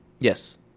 Yes